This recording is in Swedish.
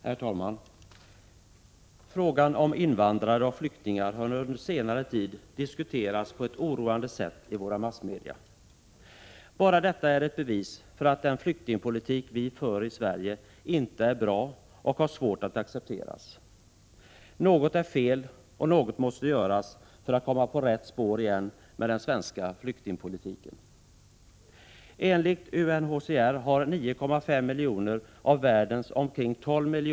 Herr talman! Frågan om invandrare och flyktingar har under senare tid diskuterats på ett oroande sätt i våra massmedia. Bara detta är ett bevis för att den flyktingpolitik vi för i Sverige inte är bra och har svårt att accepteras. Något är fel, och något måste göras för att komma på rätt spår igen med den svenska flyktingpolitiken. Enligt UNHCR har 9,5 miljoner av världens omkring 12 miljoner Prot.